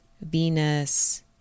Venus